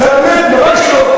באמת, ממש לא.